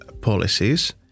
policies